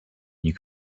you